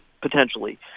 potentially